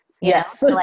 Yes